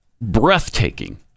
breathtaking